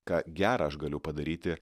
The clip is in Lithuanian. ką gera aš galiu padaryti